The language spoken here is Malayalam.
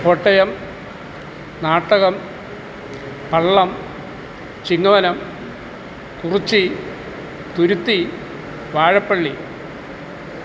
കോട്ടയം നാട്ടകം പള്ളം ചിങ്ങവനം കുറുച്ചി തുരുത്തി വാഴപ്പള്ളി